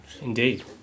indeed